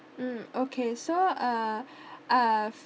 mm okay so uh uh